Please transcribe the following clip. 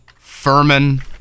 Furman